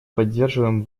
поддерживаем